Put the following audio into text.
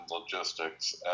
logistics